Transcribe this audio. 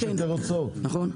כי יש יותר הוצאות, אמת?